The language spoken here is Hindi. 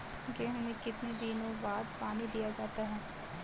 गेहूँ में कितने दिनों बाद पानी दिया जाता है?